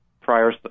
prior